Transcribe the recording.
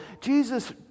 Jesus